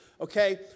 okay